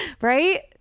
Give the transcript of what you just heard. Right